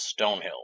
Stonehill